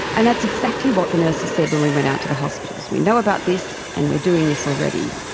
and that's exactly what the nurses said when we went out to the hospitals we know about this and we are doing this already.